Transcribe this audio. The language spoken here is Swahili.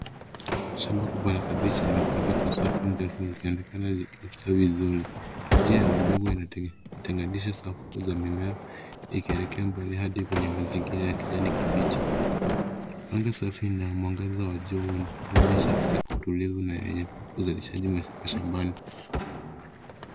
Shamba kubwa la kabichi limepandwa kwa safu ndefu likionekana likistawi vizuri. Njia ya udongo inatenganisha safu za mimea ikielekea mbali adi kwenye mazingira ya kijani kibichi. Anga safi na mwangaza wa jua huonyesha siku tulivu na yenye uzalishaji mashambani.